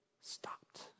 stopped